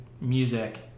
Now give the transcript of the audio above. music